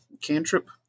Cantrip